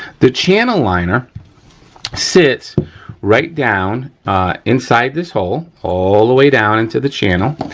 the channel liner sits right down inside this hole, all the way down into the channel.